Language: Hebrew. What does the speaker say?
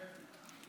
כן.